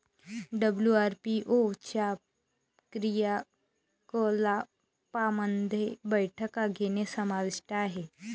WIPO च्या क्रियाकलापांमध्ये बैठका घेणे समाविष्ट आहे